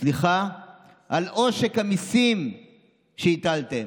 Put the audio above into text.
סליחה על עושק המיסים שהטלתם,